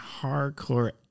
hardcore